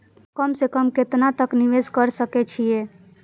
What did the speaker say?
कम से कम केतना तक निवेश कर सके छी ए?